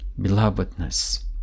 belovedness